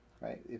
right